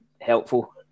helpful